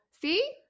see